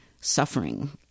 suffering